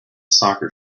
soccer